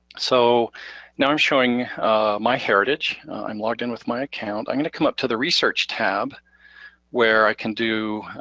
so now i'm showing myheritage. i'm logged in with my account. i'm gonna come up to the research tab where i can do